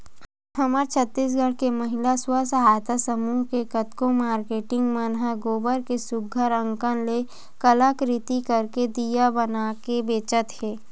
हमर छत्तीसगढ़ के महिला स्व सहयता समूह के कतको मारकेटिंग मन ह गोबर के सुग्घर अंकन ले कलाकृति करके दिया बनाके बेंचत हे